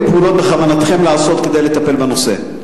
אילו פעולות בכוונתכם לעשות כדי לטפל בנושא?